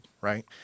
right